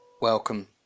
Welcome